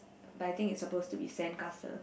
but I think it's suppose to be sandcastle